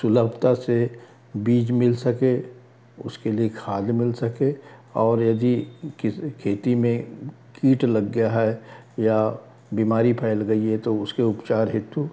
सुलभता से बीज मिल सके उसके लिए खाद मिल सके और यदि किसी खेती में कीट लग गया है या बीमारी फैल गई है तो उसके उपचार हेतु